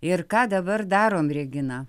ir ką dabar darom regina